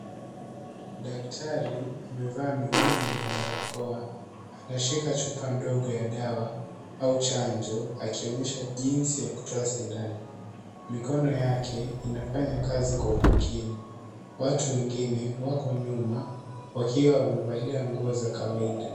Daktari amevaa miwani na barakoa. Anashika chupa ndogo ya dawa au chanjo, akionyesha jinsi ya kutoa sindano. Mikono yake inafanya kazi kwa umakini. Watu wengine wako nyuma wakiwa wamevalia nguo za kawaida.